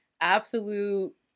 absolute